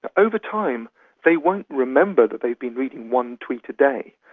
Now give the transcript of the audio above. ah over time they won't remember that they've been reading one tweet a day.